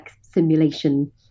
simulation